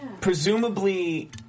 Presumably